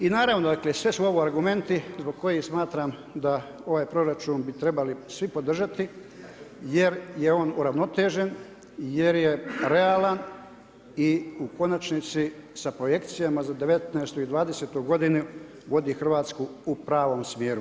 I naravno dakle, sve su ovo argumenti zbog kojih smatram da ovaj proračun bi trebali svi podržati jer je on uravnotežen, jer je realan i u konačnici sa projekcijama za 2019. i 2020. godinu vodi Hrvatsku u pravom smjeru.